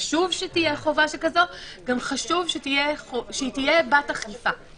וחשוב שתהיה חובה כזאת - גם חשוב שהיא תהיה בת אכיפה.